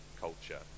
culture